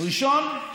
ראשון המאפיינים,